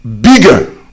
bigger